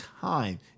time